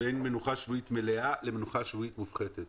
בין מנוחה שבועית מלאה למנוחה שבועית מופחתת.